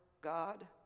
God